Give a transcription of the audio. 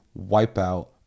Wipeout